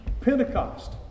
Pentecost